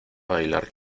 bailar